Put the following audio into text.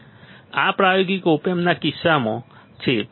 આ પ્રાયોગિક ઓપ એમ્પ્સના કિસ્સાઓ છે